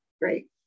great